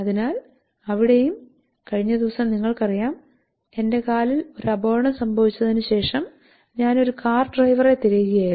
അതിനാൽ അവിടെയും കഴിഞ്ഞ ദിവസം നിങ്ങൾക്കറിയാം എന്റെ കാലിൽ ഒരു അപകടം സംഭവിച്ചതിന് ശേഷം ഞാൻ ഒരു കാർ ഡ്രൈവറെ തിരയുകയായിരുന്നു